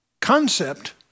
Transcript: concept